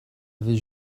avait